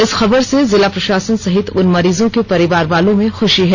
इस खबर से जिला प्रशासन सहित उन मरीजों के परिवार वालों में खुशी है